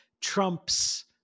Trump's